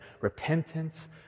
repentance